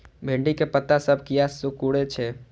भिंडी के पत्ता सब किया सुकूरे छे?